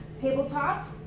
tabletop